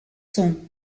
sont